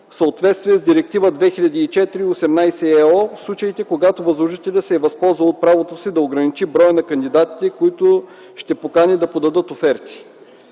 съответствие с Директива 2004/18/ ЕО в случаите, когато възложителят се е възползвал от правото си да ограничи броя на кандидатите, които ще покани да подадат оферти.